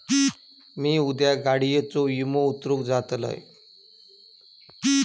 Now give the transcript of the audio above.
मी उद्या गाडीयेचो विमो उतरवूक जातलंय